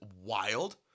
wild